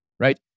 right